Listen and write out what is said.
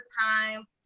time